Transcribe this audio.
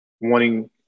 wanting